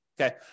Okay